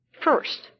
first